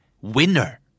winner